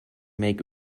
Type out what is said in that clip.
make